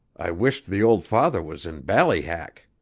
i wished the old father was in ballyhack.